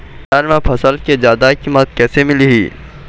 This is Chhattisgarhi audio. बजार म फसल के जादा कीमत कैसे मिलही?